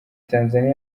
tanzania